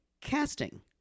Casting